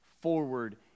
forward